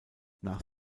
nach